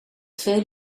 veel